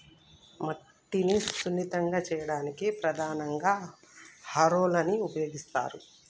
మట్టిని సున్నితంగా చేయడానికి ప్రధానంగా హారోలని ఉపయోగిస్తరు